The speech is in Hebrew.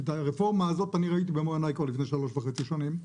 את הרפורמה הזאת אני ראיתי במו עיניי כבר לפני שלוש וחצי שנים.